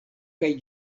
kaj